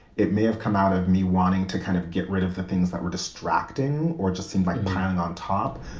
it may have come out of me wanting to kind of get rid of the things that were distracting or just seemed like piling on top.